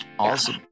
awesome